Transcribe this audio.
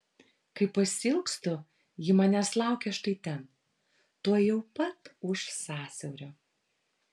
kai pasiilgstu ji manęs laukia štai ten tuojau pat už sąsiaurio